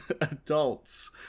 Adults